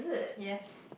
yes